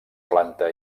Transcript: planta